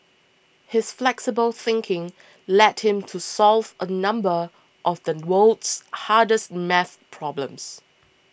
his flexible thinking led him to solve a number of the world's hardest math problems